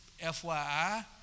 FYI